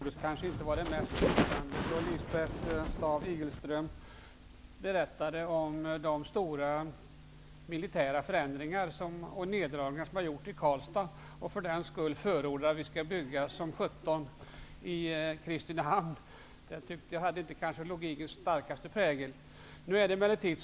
Herr talman! Jag vill gärna medge att repliken kanske är onödig, men det var oerhört lockande att gå upp. Lisbeth Staaf-Igelström berättade om de stora militära förändringar och neddragningar som har gjorts i Karlstad, och hon förordade att man för den skull skall bygga som sjutton i Kristinehamn. Det uttalandet hade inte någon stark prägel av logik.